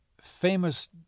famous